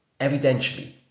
Evidentially